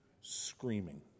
screaming